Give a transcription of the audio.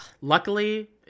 Luckily